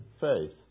faith